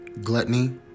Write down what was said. Gluttony